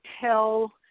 tell